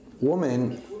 woman